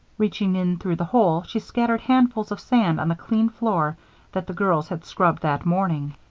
reaching in through the hole, she scattered handfuls of sand on the clean floor that the girls had scrubbed that morning.